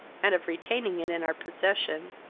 and of retaining it in our possession,